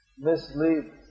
mislead